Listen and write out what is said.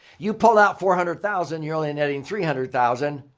you pulled out four hundred thousand you're only netting three hundred thousand.